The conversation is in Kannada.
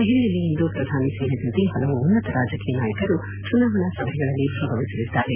ದೆಹಲಿಯಲ್ಲಿ ಇಂದು ಪ್ರಧಾನಮಂತ್ರಿ ಸೇರಿದಂತೆ ಹಲವು ಉನ್ನತ ರಾಜಕೀಯ ನಾಯಕರು ಚುನಾವಣಾ ಸಭೆಗಳಲ್ಲಿ ಭಾಗವಹಿಸಲಿದ್ದಾರೆ